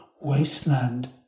wasteland